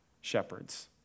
shepherds